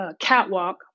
catwalk